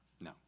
No